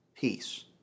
peace